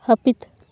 ᱦᱟᱹᱯᱤᱛ